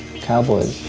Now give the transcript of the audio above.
cowboys.